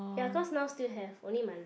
ya cause now still have only my leg